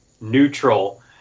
neutral